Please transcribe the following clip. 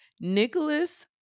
Nicholas